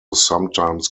sometimes